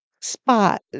spot